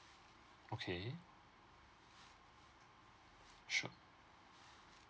okay sure